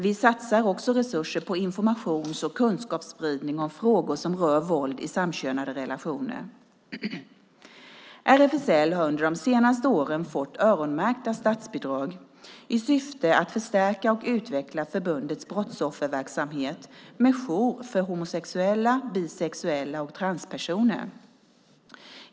Vi satsar också resurser på informations och kunskapsspridning om frågor som rör våld i samkönade relationer. RFSL har under de senaste åren fått öronmärkta statsbidrag i syfte att förstärka och utveckla förbundets brottsofferverksamhet med jour för homosexuella, bisexuella och transpersoner.